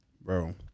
bro